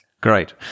Great